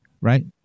right